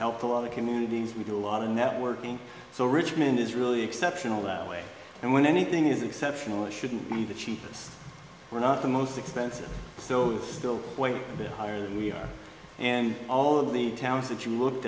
helped a lot of communities we do a lot of networking so richmond is really exceptional that way and when anything is exceptional it shouldn't be the cheapest we're not the most expensive so it's still quite a bit higher than we are and all of the towns that you looked